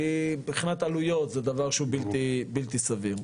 כי מבחינת עלויות זה דבר שהוא בלתי סביר.